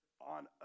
on